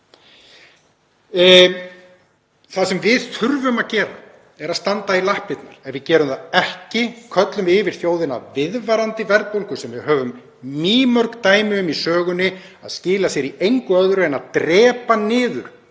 Það sem við þurfum að gera er að standa í lappirnar. Ef við gerum það ekki köllum við yfir þjóðina viðvarandi verðbólgu sem við höfum mýmörg dæmi um í sögunni að skilar sér í engu öðru en að drepa niður